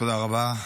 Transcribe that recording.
תודה רבה.